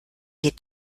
geht